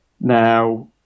Now